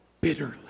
bitterly